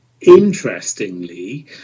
Interestingly